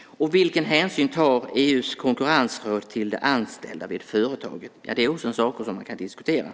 Och vilken hänsyn tar EU:s konkurrensråd till de anställda vid företaget? Det är också en fråga som man kan diskutera.